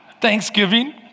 Thanksgiving